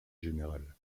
général